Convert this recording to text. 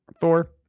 Thor